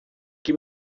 que